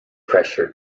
pressure